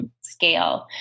scale